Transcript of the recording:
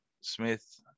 Smith